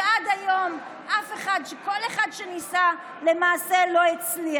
שעד היום אף אחד מכל אחד שניסה לא הצליח.